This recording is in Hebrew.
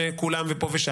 תומכי טרור.